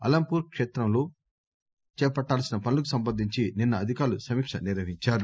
అలంపూర్ కేత్రంలో చేపట్టాల్సిన పనులకు సంబంధించి నిన్న అధికారులు సమీక్ష నిర్వహించారు